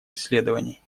исследований